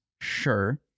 Sure